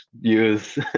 Use